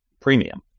premium